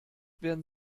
werden